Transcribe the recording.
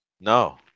no